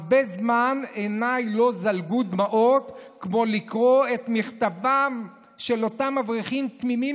הרבה זמן עיניי לא זלגו דמעות כמו בקריאת מכתבם של אותם אברכים תמימים,